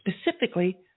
specifically